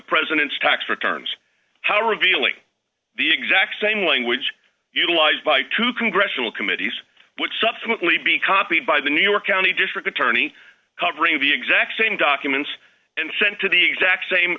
president's tax returns how revealing the exact same language utilized by two congressional committees which subsequently be copied by the new york county district attorney covering the exact same documents and sent to the exact same